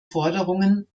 forderungen